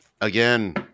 again